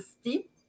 steep